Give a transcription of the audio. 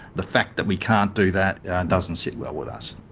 the fact that we can't do that doesn't sit well with us.